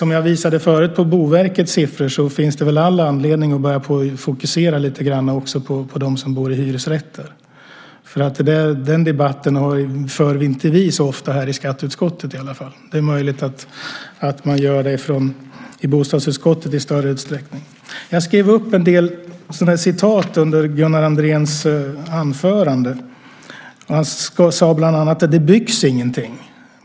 Jag visade förut på Boverkets siffror. Det finns väl all anledning att börja fokusera lite grann också på dem som bor i hyresrätter. Den debatten för vi inte så ofta, i alla fall inte i skatteutskottet. Det är möjligt att man gör det i bostadsutskottet i större utsträckning. Jag skrev upp en del citat under Gunnar Andréns anförande. Han sade bland annat: Det byggs ingenting.